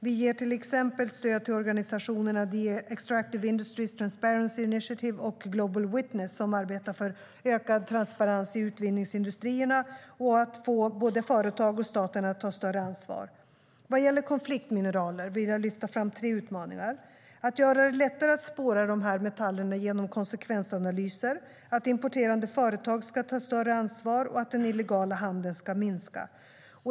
Till exempel ger Sverige stöd till organisationerna The Extractive Industries Transparency Initiative, EITI, och Global Witness som arbetar för ökad transparens i utvinningsindustrierna och för att få både företagen och staten att ta ett större ansvar. Vad gäller konfliktmineraler vill jag lyfta fram tre utmaningar: att göra det lättare att spåra dessa metaller genom konsekvensanalyser, att importerande företag ska ta större ansvar och att den illegala handeln ska minska.